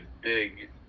big